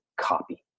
copy